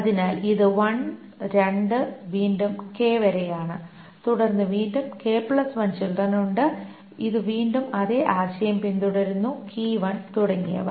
അതിനാൽ ഇത് 1 2 വീണ്ടും k വരെയാണ് തുടർന്ന് വീണ്ടും ചിൽഡ്രൻ ഉണ്ട് ഇത് വീണ്ടും അതേ ആശയം പിന്തുടരുന്നു തുടങ്ങിയവ